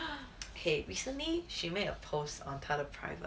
okay recently she made a post on 他的 private